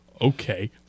Okay